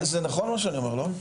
זה נכון מה שאני אומר, לא?